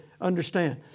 understand